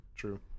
true